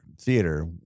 theater